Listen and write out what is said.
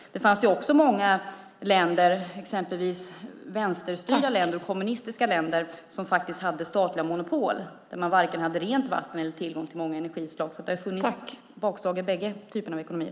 Det fanns också många länder, exempelvis vänsterstyrda och kommunistiska, som hade statliga monopol där man varken hade rent vatten eller tillgång till många energislag. Det har funnits bakslag i båda typerna av ekonomier.